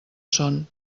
son